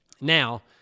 Now